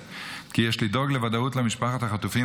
כי יש לדאוג לוודאות למשפחות החטופים,